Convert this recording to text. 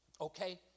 Okay